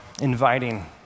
inviting